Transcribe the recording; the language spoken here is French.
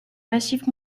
massifs